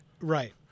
Right